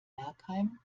bergheim